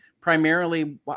primarily